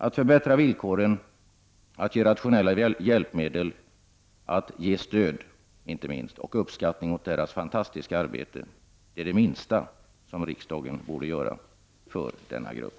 Att förbättra villkoren, att ge rationell hjälp, att ge stöd och inte minst uppskattning för deras fantastiska arbete — det är det minsta riksdagen borde göra för denna grupp.